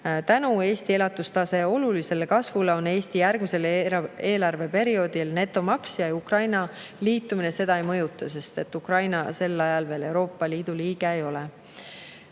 Tänu Eesti elatustaseme olulisele kasvule on Eesti järgmisel eelarveperioodil netomaksja. Ukraina liitumine seda ei mõjuta, sest et Ukraina sel ajal veel Euroopa Liidu liige ei